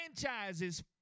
franchise's